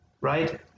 right